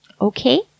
Okay